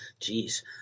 Jeez